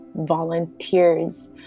volunteers